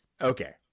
Okay